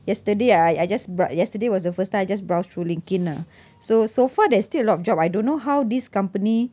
yesterday I I just brow~ yesterday was the first time I just browse through linkedin ah so so far there's still a lot of job I don't know how these company